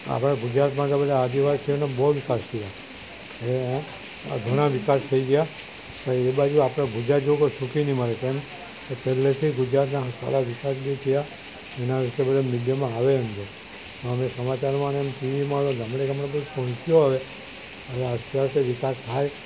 આપણાં ગુજરાતમાં તો બધા આદિવાસીઓનો બહુ જ સાચવ્યા આ ઘણા વિકાસ થઈ ગયા પણ એ બાજુ આપણે ગુજરાત જેવું કોઇ સુખી નહીં મળે એ પહેલેથી ગુજરાતના સારા વિકાસ બી થયા એના વિષે બધુ મીડિયામાં આવે એમ છે હવે સમાચારમાં ને એમ ટીવીમાં ગામડે ગામડે કોઈ પહોંચ્યો હવે આસ્તે આસ્તે વિકાસ થાય